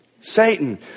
Satan